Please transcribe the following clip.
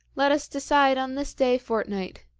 let us decide on this day fortnight.